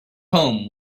homes